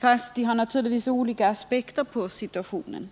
Men de har naturligtvis olika aspekter på situationen.